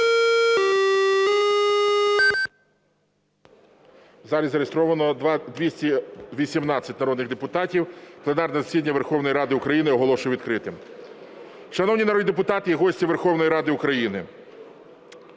залі зареєстровано 218 народних депутатів. Пленарне засідання Верховної Ради України оголошую відкритим. Шановні народні депутати і гості Верховної Ради України!